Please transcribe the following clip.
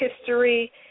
history